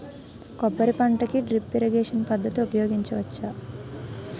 కొబ్బరి పంట కి డ్రిప్ ఇరిగేషన్ పద్ధతి ఉపయగించవచ్చా?